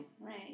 right